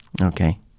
Okay